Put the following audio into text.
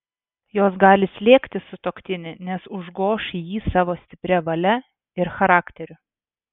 jos gali slėgti sutuoktinį nes užgoš jį savo stipria valia ir charakteriu